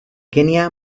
kenia